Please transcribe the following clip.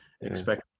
expect